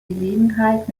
gelegenheit